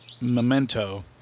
Memento